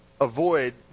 avoid